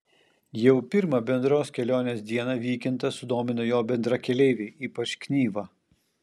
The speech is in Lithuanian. jau pirmą bendros kelionės dieną vykintą sudomino jo bendrakeleiviai ypač knyva